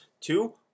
Two